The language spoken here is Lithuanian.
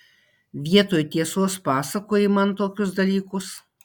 vietoj tiesos pasakoji man tokius dalykus